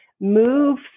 move